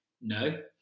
no